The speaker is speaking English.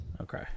Okay